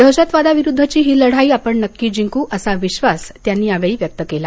दहशतवादाविरुद्धची ही लढाई आपण नक्की जिंकू असा विश्वास त्यांनी व्यक्त केला